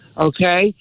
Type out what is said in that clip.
Okay